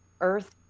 earth